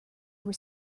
were